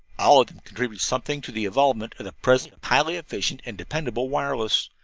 all of them contributed something to the evolvement of the present highly efficient and dependable wireless.